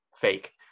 fake